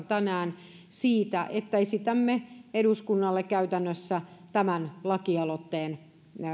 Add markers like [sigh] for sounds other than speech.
[unintelligible] tänään siitä että esitämme eduskunnalle käytännössä lakialoitteen